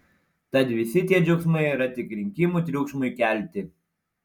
tad visi tie džiaugsmai yra tik rinkimų triukšmui kelti